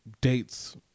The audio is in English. dates